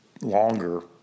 longer